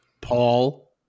Paul